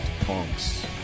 Punks